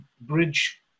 bridge